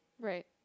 Right